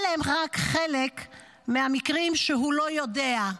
אלה הם רק חלק מהמקרים שהוא לא יודע.